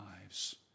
lives